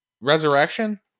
Resurrection